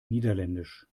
niederländisch